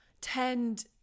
tend